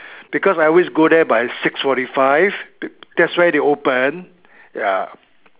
because I always go there by six forty five that's where they open ya